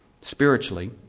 spiritually